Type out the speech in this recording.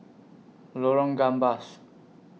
Lorong Gambas